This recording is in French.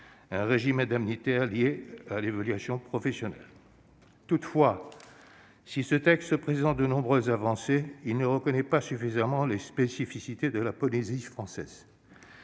un régime indemnitaire lié à l'évaluation professionnelle. Si ce texte présente de nombreuses avancées, il ne reconnaît pas suffisamment les spécificités de la Polynésie française.